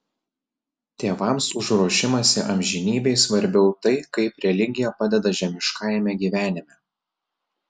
tėvams už ruošimąsi amžinybei svarbiau tai kaip religija padeda žemiškajame gyvenime